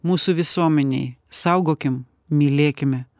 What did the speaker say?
mūsų visuomenėj saugokim mylėkime